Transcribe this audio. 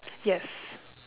yes